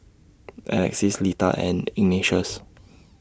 Alexys Litha and Ignatius